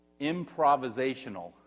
improvisational